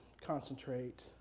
concentrate